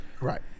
Right